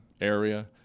area